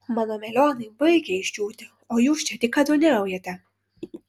mano melionai baigia išdžiūti o jūs čia dykaduoniaujate